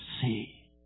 See